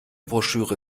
broschüre